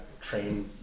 train